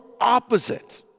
opposite